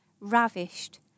ravished